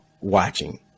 watching